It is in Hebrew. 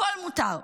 הכול מותר.